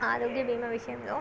ఆరోగ్య భీమా విషయంలో